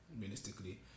realistically